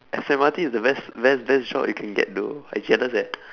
S_M_R_T is the best best best job you can get though I jealous eh